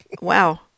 Wow